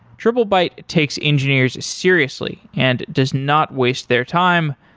triplebyte takes engineers seriously and does not waste their time,